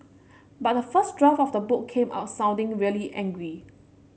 but the first draft of the book came out sounding really angry